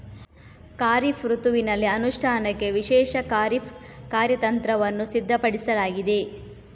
ಖಾರಿಫ್ ಋತುವಿನಲ್ಲಿ ಅನುಷ್ಠಾನಕ್ಕೆ ವಿಶೇಷ ಖಾರಿಫ್ ಕಾರ್ಯತಂತ್ರವನ್ನು ಸಿದ್ಧಪಡಿಸಲಾಗಿದೆ